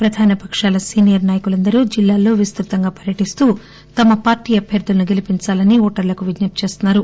ప్రధాన పకాల సీనియర్ నాయకులందరూ జిల్లాల్లో విస్తుతంగా పర్యటిస్తూ తమ పార్టీ అభ్యర్థులను గెలీపించాలని ఓటర్లకు విజ్ఞప్తి చేస్తున్నారు